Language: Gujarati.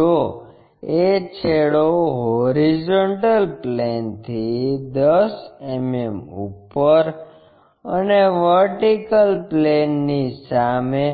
જો A છેડો hp થી 10 mm ઉપર અને vp ની 15 mm સામે